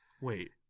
Wait